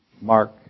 Mark